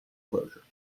closure